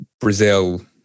Brazil